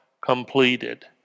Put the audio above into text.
completed